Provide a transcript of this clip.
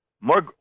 More